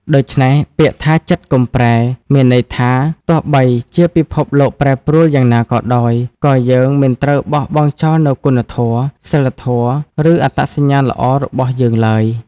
ដូច្នេះពាក្យថា "ចិត្តកុំប្រែ" មានន័យថា ទោះបីជាពិភពលោកប្រែប្រួលយ៉ាងណាក៏ដោយ ក៏យើង មិនត្រូវបោះបង់ចោលនូវគុណធម៌ សីលធម៌ ឬអត្តសញ្ញាណល្អ របស់យើងឡើយ។